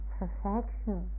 perfection